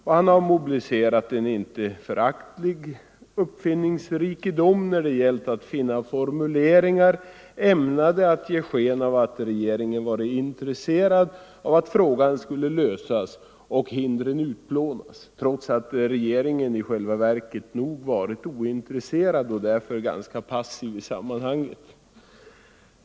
Han har därvid mobiliserat en inte föraktlig uppfinningsrikedom när det gällt att finna formuleringar, ämnade att ge sken av att regeringen varit intresserad av att frågan skulle lösas och hindren utplånas, trots att regeringen i själva verket nog varit ointresserad och därför ganska passiv i sammanhanget.